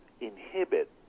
inhibit